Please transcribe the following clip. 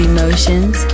Emotions